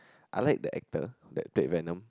I like the actor that red venom